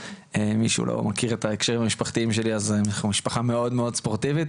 מי שלא מכיר את ההקשרים המשפחתיים שלי אנחנו משפחה מאוד מאוד ספורטיבית.